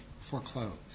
foreclosed